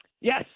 Yes